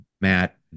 Matt